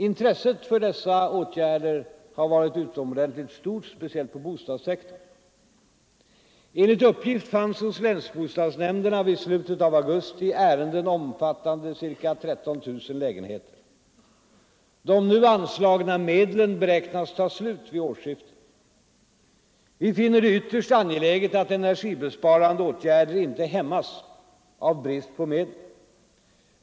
Intresset för dessa åtgärder har varit utomordentligt stort, speciellt inom bostadssektorn. Enligt uppgift fanns hos länsbostadsnämnderna vid slutet av augusti ärenden omfattande ca 13000 lägenheter. De nu anslagna medlen beräknas ta slut vid årsskiftet. Vi finner det ytterst angeläget att energisparande åtgärder inte hämmas av brist på medel.